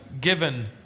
given